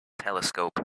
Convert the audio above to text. telescope